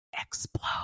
explode